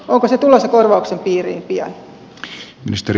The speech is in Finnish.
onko se tulossa korvauksen piiriin pian